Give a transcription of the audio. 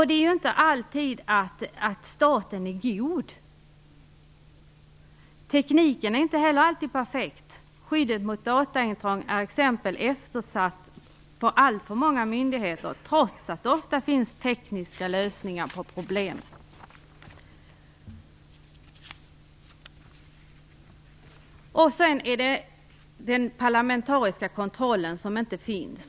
Det är inte alltid som staten är god, och tekniken är inte alltid perfekt. Skyddet mot dataintrång t.ex. är eftersatt på alltför många myndigheter, trots att det ofta finns tekniska lösningar på problemen. Vidare finns det ingen parlamentarisk kontroll.